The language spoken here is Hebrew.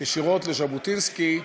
ישירות לז'בוטינסקי.